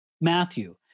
Matthew